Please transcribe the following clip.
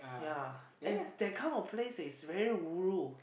ya and that kind of place is very ulu